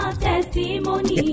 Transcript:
testimony